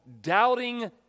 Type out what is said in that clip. Doubting